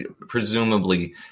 presumably